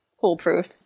foolproof